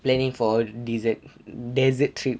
planning for dessert desert trip